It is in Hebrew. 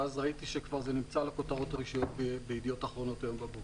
ואז ראיתי שזה נמצא בכותרות הראשיות בידיעות אחרונות הבוקר.